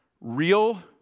Real